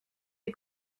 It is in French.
est